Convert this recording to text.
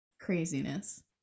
Craziness